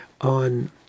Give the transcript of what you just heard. On